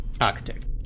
Architect